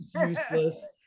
useless